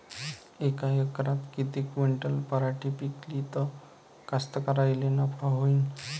यका एकरात किती क्विंटल पराटी पिकली त कास्तकाराइले नफा होईन?